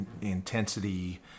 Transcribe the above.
intensity